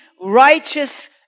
righteous